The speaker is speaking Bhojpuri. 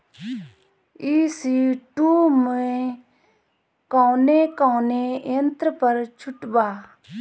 ई.सी टू मै कौने कौने यंत्र पर छुट बा?